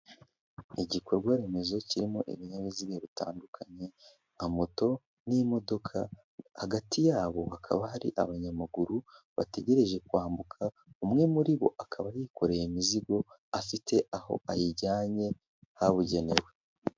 Igikorwa remezo kirimo ibinyabiziga bitandukanye, nka moto n'imodoka, hagati yabo hakaba hari abanyamaguru bategereje kwambuka, umwe muri bo akaba yikoreye imizigo afite aho ayijyanye habugenewe.